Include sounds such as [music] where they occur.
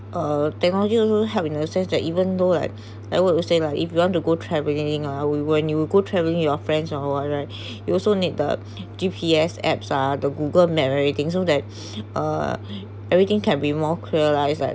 uh technology also help in a sense that even though like like what you said lah if you want to go traveling ah we were when you go travelling your friends or what right [breath] you also need the G_P_S apps ah the google map everything so that [breath] uh everything can be more clear lah is like